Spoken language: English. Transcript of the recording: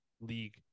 league